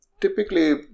typically